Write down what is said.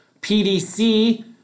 PDC